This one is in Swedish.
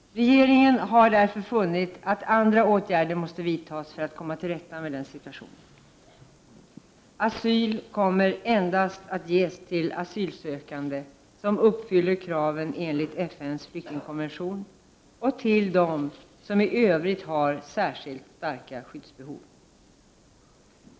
Regeringen har därför funnit att andra åtgärder måste vidtas för att man skall komma till rätta med situationen. Asyl kommer endast att ges till de asylsökande som uppfyller kraven enligt FN:s flyktingkonvention och till dem som i övrigt har särskilt starka skyddsbehov.